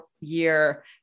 year